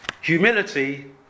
Humility